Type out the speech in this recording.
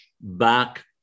back